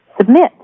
submit